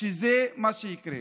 שזה מה שיקרה.